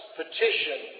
petition